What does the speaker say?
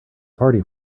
party